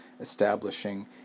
establishing